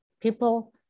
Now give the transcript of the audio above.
people